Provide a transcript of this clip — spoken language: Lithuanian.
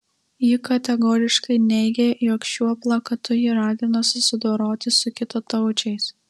ji kategoriškai neigė jog šiuo plakatu ji ragino susidoroti su kitataučiais